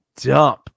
dump